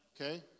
Okay